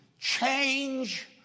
change